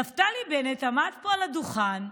נפתלי בנט עמד פה על הדוכן,